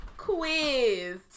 quiz